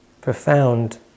Profound